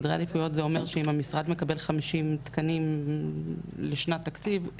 סדרי עדיפויות זה אומר שאם המשרד מקבל 50 תקנים לשנת תקציב,